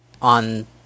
On